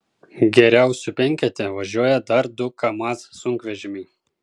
geriausių penkete važiuoja dar du kamaz sunkvežimiai